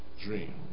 dream